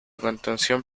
contención